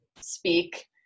speak